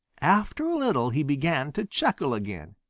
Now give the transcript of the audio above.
after a little he began to chuckle again.